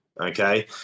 okay